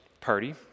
party